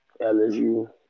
LSU